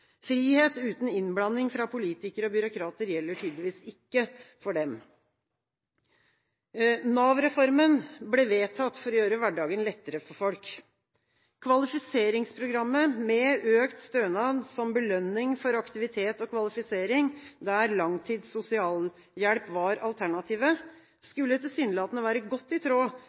Frihet «uten innblanding fra politikere og byråkrater» gjelder tydeligvis ikke for dem. Nav-reformen ble vedtatt for å gjøre hverdagen lettere for folk. Kvalifiseringsprogrammet med økt stønad som belønning for aktivitet og kvalifisering, der langtids sosialhjelp var alternativet, skulle tilsynelatende være godt i tråd